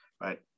right